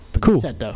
Cool